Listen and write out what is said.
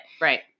right